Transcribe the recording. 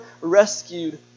rescued